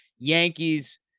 Yankees